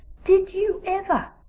did you ever?